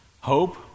hope